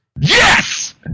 YES